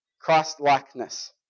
Christlikeness